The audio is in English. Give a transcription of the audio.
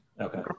Okay